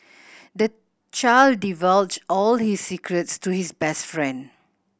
the child divulged all his secrets to his best friend